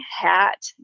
hat